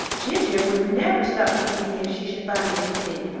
ginger would never stop teasing me if she should find me asleep.